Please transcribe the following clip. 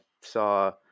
saw